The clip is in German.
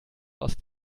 aus